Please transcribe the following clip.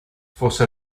fosse